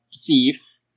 thief